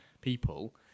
people